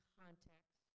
context